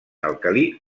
alcalí